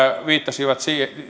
viittasivat